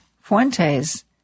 fuentes